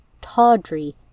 tawdry